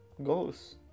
goes